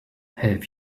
have